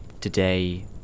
today